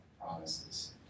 promises